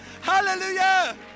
Hallelujah